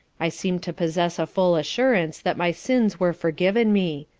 i seemed to possess a full assurance that my sins were forgiven me.